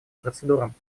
процедурам